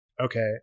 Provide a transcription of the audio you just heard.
Okay